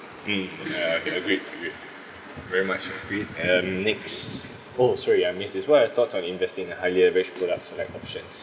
um uh can agreed agreed very much agreed um need oh sorry I miss this what are your thoughts on investing in a highly average products like options